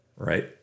Right